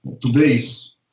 today's